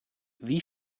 wie